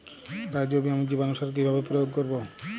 Rhizobium জীবানুসার কিভাবে প্রয়োগ করব?